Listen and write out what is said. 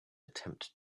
attempt